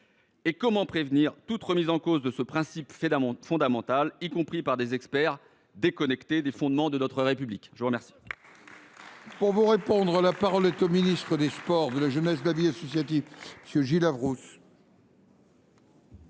Et comment prévenir toute remise en cause de ce principe fondamental, y compris par des experts déconnectés des fondements de notre République ? La parole